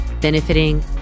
benefiting